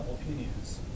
opinions